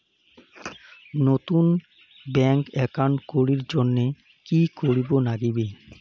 নতুন bank account করির জন্যে কি করিব নাগিবে?